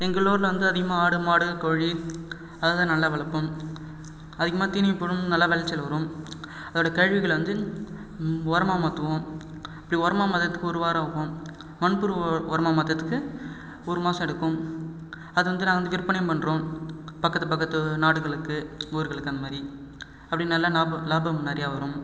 எங்கள் ஊரில் வந்து அதிகமாக ஆடு மாடு கோழி அததான் நல்லா வளர்ப்போம் அதிகமா தீனியும் போடுவோம் நல்லா விளச்சல் வரும் அதோடய கழிவுகளை வந்து உரமா மாற்றுவோம் இப்படி உரமா மாற்றதுக்கு ஒரு வாரமாகும் மண் புழுவை உரமா மாற்றதுக்கு ஒரு மாதம் எடுக்கும் அது வந்து நாங்கள் வந்து விற்பனையும் பண்ணுறோம் பக்கத்து பக்கத்து நாடுகளுக்கு ஊர்களுக்கு அந்த மாரி அப்படின் நல்லா லா லாபம் நிறைய வரும்